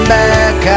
back